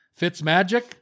Fitzmagic